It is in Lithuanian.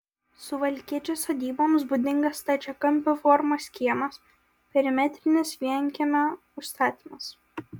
suvalkiečio sodyboms būdingas stačiakampio formos kiemas perimetrinis vienkiemio užstatymas